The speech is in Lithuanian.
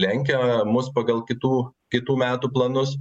lenkia mus pagal kitų kitų metų planus